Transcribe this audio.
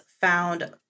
found